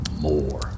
more